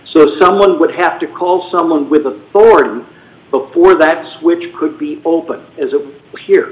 so someone would have to call someone with a born before that which could be open as it were